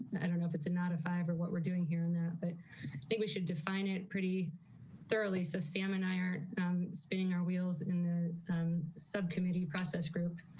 and i don't know if it's not a five or what we're doing here in that, but i think we should define it pretty thoroughly. so sam and i are spinning our wheels in ah um subcommittee process group